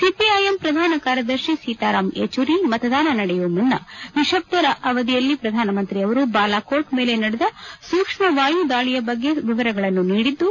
CPIM ಪ್ರಧಾನ ಕಾರ್ಯದರ್ಶಿ ಸೀತಾರಾಂ ಯಚೂರಿ ಮತದಾನ ನಡೆಯುವ ಮುನ್ನ ನಿಶಬ್ದ ಅವಧಿಯಲ್ಲಿ ಪ್ರಧಾನಮಂತ್ರಿ ಅವರು ಬಾಲಾಕೋಟ್ ಮೇಲೆ ನಡೆದ ಸೂಕ್ಷ್ಮ ವಾಯುದಾಳಿಯ ಬಗ್ಗೆ ವಿವರಗಳನ್ನು ನೀಡಿದ್ದು